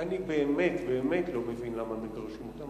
אני באמת לא מבין למה מגרשים אותם.